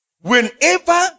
whenever